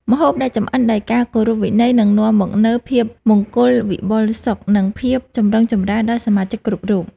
ម្ហូបដែលចម្អិនដោយការគោរពវិន័យនឹងនាំមកនូវភាពមង្គលវិបុលសុខ និងភាពចម្រុងចម្រើនដល់សមាជិកគ្រប់រូប។